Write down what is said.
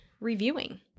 reviewing